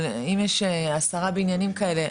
אבל אם יש עשרה בניינים כאלה,